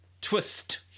twist